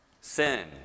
Sin